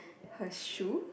her shoe